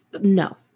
No